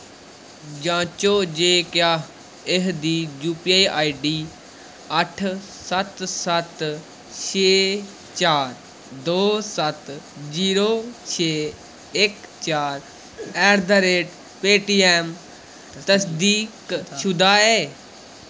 जांचो जे क्या एह् दी यूपीआई आईडी अट्ठ सत्त सत्त छे चार दो सत्त जीरो छे इक चार ऐट दा रेट पेटीएम तसदीकशुदा ऐ